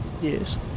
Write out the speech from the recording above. Yes